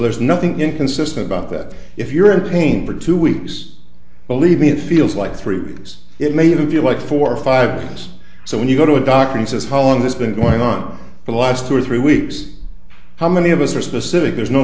there's nothing inconsistent about that if you're in pain for two weeks believe me it feels like three weeks it made you feel like four or five times so when you go to a doctor he says how long this been going on the last two or three weeks how many of us are specific there's no